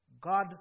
God